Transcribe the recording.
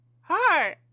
Hi